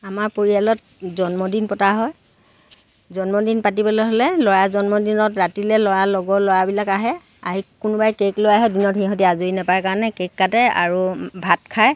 আমাৰ পৰিয়ালত জন্মদিন পতা হয় জন্মদিন পাতিবলৈ হ'লে ল'ৰা জন্মদিনত ৰাতিলৈ ল'ৰাৰ লগৰ ল'ৰাবিলাক আহে আহি কোনোবাই কেক লৈ আহে দিনত সিহঁতি আজৰি নাপায় কাৰণে কেক কাটে আৰু ভাত খায়